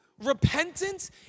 Repentance